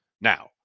Now